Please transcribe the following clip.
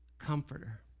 comforter